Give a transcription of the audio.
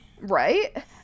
right